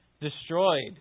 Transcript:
destroyed